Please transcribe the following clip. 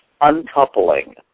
uncoupling